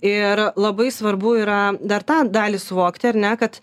ir labai svarbu yra dar tą dalį suvokti ar ne kad